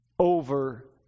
over